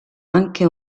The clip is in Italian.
anche